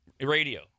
radio